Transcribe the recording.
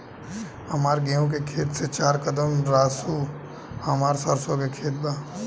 हमार गेहू के खेत से चार कदम रासु हमार सरसों के खेत बा